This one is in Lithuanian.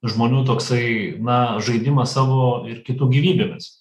žmonių toksai na žaidimas savo ir kitų gyvybėmis